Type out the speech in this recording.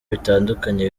bitandukanye